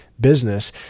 business